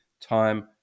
time